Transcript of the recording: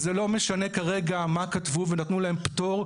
וזה לא משנה כרגע מה כתבו ונתנו להם פטור.